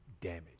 damage